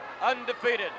Undefeated